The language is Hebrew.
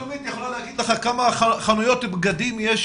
רשות מקומית יכולה להגיד לך כמה חנויות בגדים יש